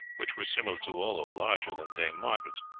which were similar to, although larger than, dame margaret's.